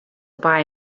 buy